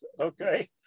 okay